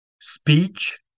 speech